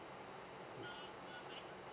oh